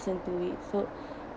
~sten to it so